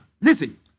Listen